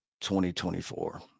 2024